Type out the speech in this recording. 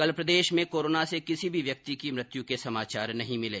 कल प्रदेश में कोरोना से किसी भी व्यक्ति की मृत्यु के समाचार नहीं है